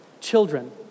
children